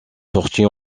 sortie